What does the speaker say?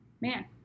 man